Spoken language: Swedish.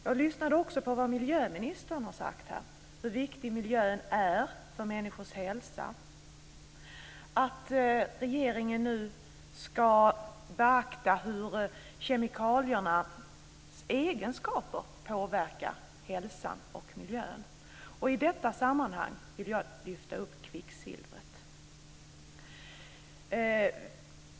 Jag lyssnade också på vad miljöministern sade om hur viktig miljön är för människors hälsa och att regeringen nu ska beakta hur kemikaliernas egenskaper påverkar hälsan och miljön. I detta sammanhang vill jag lyfta upp kvicksilvret.